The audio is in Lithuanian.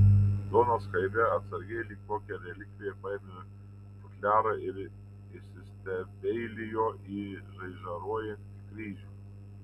donas chaime atsargiai lyg kokią relikviją paėmė futliarą ir įsistebeilijo į žaižaruojantį kryžių